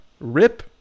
rip